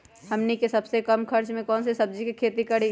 हमनी के सबसे कम खर्च में कौन से सब्जी के खेती करी?